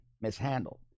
mishandled